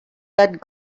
that